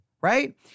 right